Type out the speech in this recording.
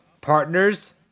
partners